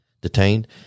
detained